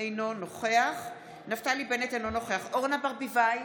אינו נוכח נפתלי בנט, אינו נוכח אורנה ברביבאי,